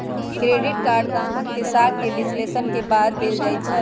credit card गाहक के साख के विश्लेषण के बाद देल जाइ छइ